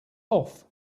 off